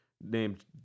named